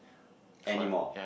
anymore